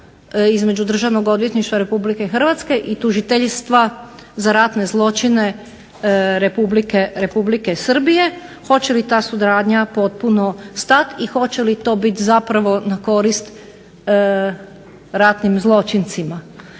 između Državnog odvjetništva RH i Tužiteljstva za ratne zločine Republike Srbije, hoće li ta suradnja postupno stati i hoće li to biti na korist ratnim zločincima.